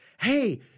hey